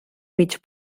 mig